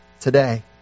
today